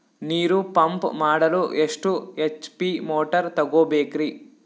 ನೀರು ಪಂಪ್ ಮಾಡಲು ಎಷ್ಟು ಎಚ್.ಪಿ ಮೋಟಾರ್ ತಗೊಬೇಕ್ರಿ?